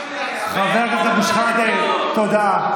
חבר הכנסת אבו שחאדה, תודה.